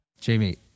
jamie